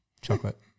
Chocolate